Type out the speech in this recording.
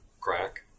Crack